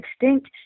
extinct